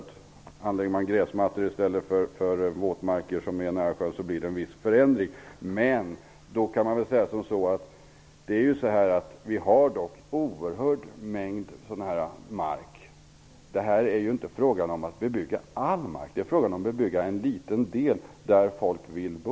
Om man anlägger gräsmattor i stället för våtmarker nära sjön blir det en viss förändring. Men vi har dock en oerhörd mängd av denna mark. Det är ju inte frågan om att bebygga all mark. Det är frågan om att bebygga en liten del där folk vill bo.